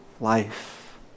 life